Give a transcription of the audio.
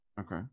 okay